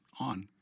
on